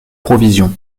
provisions